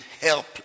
help